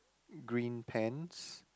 green pants